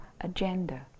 agenda